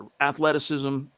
athleticism